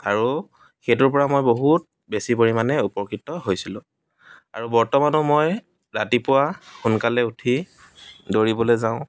আৰু সেইটোৰ পৰা মই বহুত বেছি পৰিমাণে উপকৃত হৈছিলোঁ আৰু বৰ্তমানেও মই ৰাতিপুৱা সোনকালে উঠি দৌৰিবলৈ যাওঁ